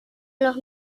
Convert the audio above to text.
los